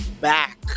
back